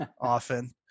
often